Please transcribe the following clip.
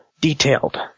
detailed